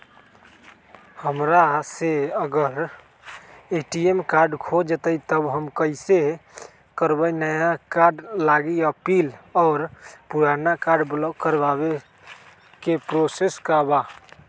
हमरा से अगर ए.टी.एम कार्ड खो जतई तब हम कईसे करवाई नया कार्ड लागी अपील और पुराना कार्ड ब्लॉक करावे के प्रोसेस का बा?